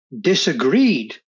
disagreed